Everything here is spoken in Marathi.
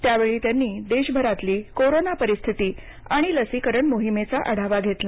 यावेळी त्यांनी देशभरातली कोरोना परिस्थिती आणि लसीकरण मोहिमेचा आढावा घेतला